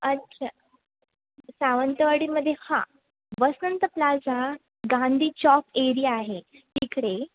अच्छा सावंतवाडीमध्ये हां वसंत प्लाजा गांधी चौक एरिया आहे तिकडे